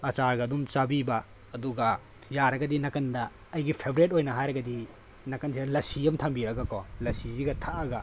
ꯑꯆꯥꯔꯒ ꯑꯗꯨꯝ ꯆꯥꯕꯤꯕ ꯑꯗꯨꯒ ꯌꯥꯔꯒꯗꯤ ꯅꯥꯀꯟꯗ ꯑꯩꯒꯤ ꯐꯦꯚꯣꯔꯥꯏꯠ ꯑꯣꯏꯅ ꯍꯥꯏꯔꯒꯗꯤ ꯅꯥꯀꯟꯁꯤꯗ ꯂꯁꯤ ꯑꯃ ꯊꯝꯕꯤꯔꯒ ꯀꯣ ꯂꯁꯤꯁꯤꯒ ꯊꯛꯑꯒ